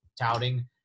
touting